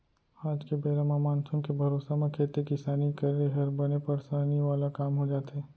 आज के बेरा म मानसून के भरोसा म खेती किसानी करे हर बने परसानी वाला काम हो जाथे